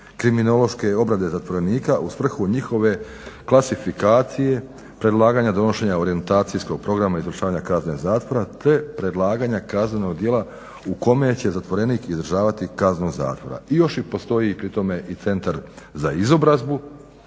kriminološke obrade zatvorenika u svrhu njihove klasifikacije, predlaganja donošenja orijentacijskog programa izvršavanja kazne zatvora te predlaganje kaznenog djela u kome će zatvorenik izvršavati kaznu zatvora. I još i postoji pri tome i centar za izobrazbu